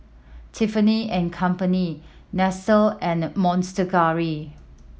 Tiffany and Company Nestle and the Monster Curry